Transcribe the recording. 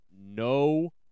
no